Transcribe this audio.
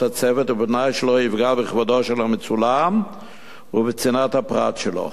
הצוות ובתנאי שלא יפגע בכבודו של המצולם ובצנעת הפרט שלו.